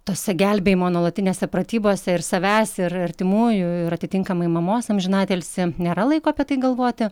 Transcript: tose gelbėjimo nuolatinėse pratybose ir savęs ir artimųjų ir atitinkamai mamos amžinatilsį nėra laiko apie tai galvoti